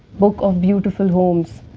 book of beautiful homes,